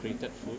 created food